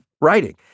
writing